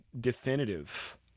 definitive